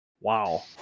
wow